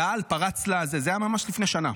הקהל פרץ לטדי, זה היה ממש לפני שנה